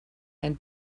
and